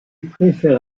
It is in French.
préfère